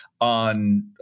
on